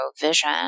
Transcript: vision